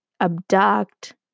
abduct